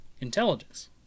Intelligence